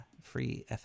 free